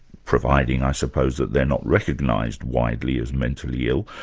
providing i suppose that they're not recognised widely as mentally ill,